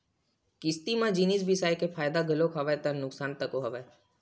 किस्ती म जिनिस बिसाय के फायदा घलोक हवय ता नुकसान तको हवय